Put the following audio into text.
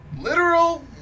literal